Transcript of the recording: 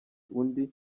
undi